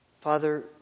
Father